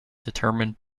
determined